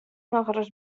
nochris